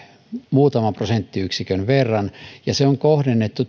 muutaman prosenttiyksikön verran ja tuo mahdollisuus on kohdennettu